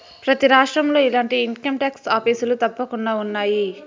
ప్రతి రాష్ట్రంలో ఇలాంటి ఇన్కంటాక్స్ ఆఫీసులు తప్పకుండా ఉన్నాయి